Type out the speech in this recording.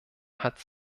hat